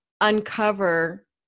uncover